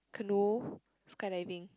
canoe sky diving